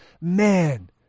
man